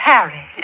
Harry